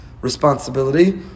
responsibility